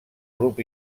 grup